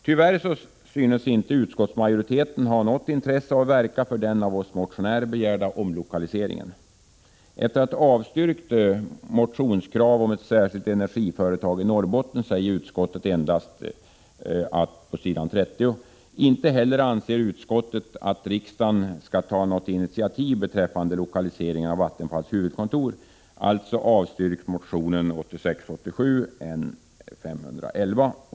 Tyvärr synes inte utskottsmajoriteten ha något intresse av att verka för den av oss motionärer begärda omlokaliseringen. Efter att ha avstyrkt motionskrav om ett särskilt energiföretag i Norrbotten säger utskottet på s. 30 endast: ”Inte heller anser utskottet att riksdagen bör ta något initiativ beträffande lokaliseringen av vattenfallsverkets huvudkontor. Alltså avstyrks motion 1986/87:N511”.